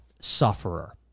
sufferer